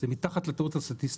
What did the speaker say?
זה מתחת לטעות הסטטיסטית.